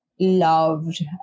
loved